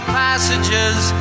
passages